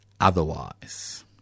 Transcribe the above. otherwise